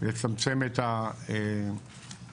לצמצם את הנזקים.